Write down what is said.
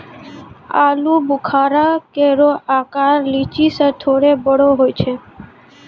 आलूबुखारा केरो आकर लीची सें थोरे बड़ो होय छै